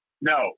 no